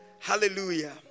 Hallelujah